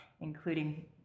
including